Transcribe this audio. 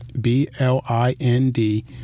B-L-I-N-D